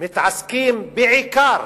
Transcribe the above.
מתעסקים בעיקר